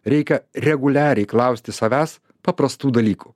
reikia reguliariai klausti savęs paprastų dalykų